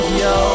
yo